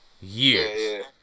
Years